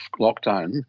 lockdown